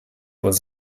was